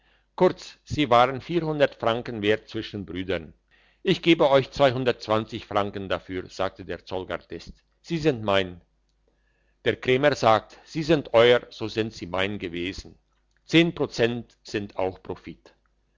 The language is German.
kurz sie waren franken wert zwischen brüdern ich gebe euch franken dafür sagte der zollgardist sie sind mein der krämer sagt sind sie euer so sind sie mein gewesen zehn prozent sind auch profit